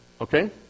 Okay